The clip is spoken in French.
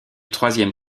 troisième